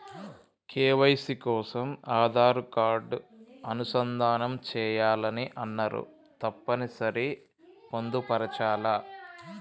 KYC కోసం Aadhaar card అనుసంధానం చేయాలని అన్నరు తప్పని సరి పొందుపరచాలా?